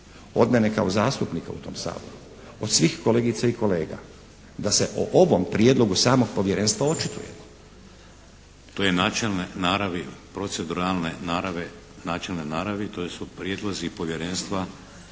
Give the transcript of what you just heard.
od mene kao zastupnika u tom Saboru, od svih kolegica i kolega da se o ovom prijedlogu samog Povjerenstva očituje. **Šeks, Vladimir (HDZ)** To je načelne naravi, proceduralne naravi, načelne naravi, to su prijedlozi Povjerenstva